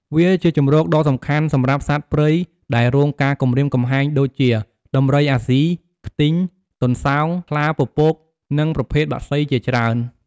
វាជាជម្រកដ៏សំខាន់សម្រាប់សត្វព្រៃដែលរងការគំរាមកំហែងដូចជា ដំរីអាស៊ី ខ្ទីង ទន្សោង ខ្លាពពក និងប្រភេទបក្សីជាច្រើន។